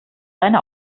deine